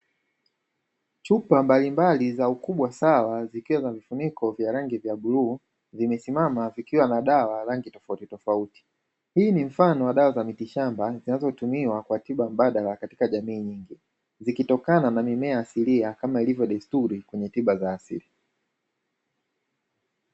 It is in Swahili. Chupa mbalimbali za ukubwa sawa zikiwa na mfuniko wa rangi ya bluu, vimesimama vikiwa na dawa za rangi tofautitofauti. Hii ni mfano wa dawa za mitishamba zinazotubiwa kwa tiba mbadala katika jamii, zikitokana na mimea asilia kama ilivyo desturi kwenye tiba za asili.